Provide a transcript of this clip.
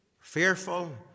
fearful